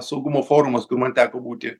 saugumo forumas kur man teko būti